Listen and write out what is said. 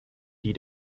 die